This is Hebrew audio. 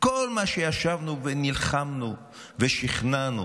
כל מה שישבנו, נלחמנו ושכנענו